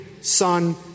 son